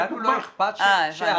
זה קו